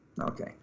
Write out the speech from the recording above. Okay